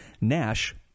Nash